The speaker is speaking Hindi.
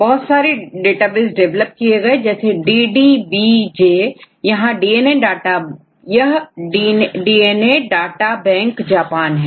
बहुत सारी डेटाबेस डिवेलप किए गए हैं जैसेDDBJ यहां डीएनए डाटा बैंक जापान है